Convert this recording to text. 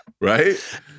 right